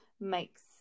makes